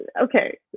okay